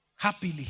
Happily